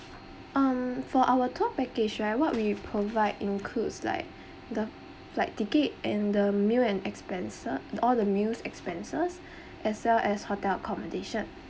um for our tour package right what we provide includes like the flight ticket and the meal and expense and all the meals expenses as well as hotel accommodation